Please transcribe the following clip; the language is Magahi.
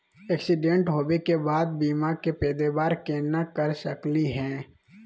एक्सीडेंट होवे के बाद बीमा के पैदावार केना कर सकली हे?